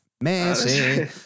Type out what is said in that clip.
messy